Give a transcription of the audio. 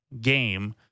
game